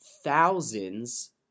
thousands